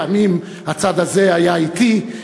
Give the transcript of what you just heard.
פעמים הצד הזה היה אתי,